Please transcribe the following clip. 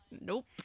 nope